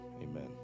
amen